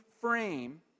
frame